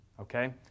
Okay